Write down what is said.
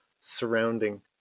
surrounding